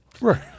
Right